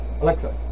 Alexa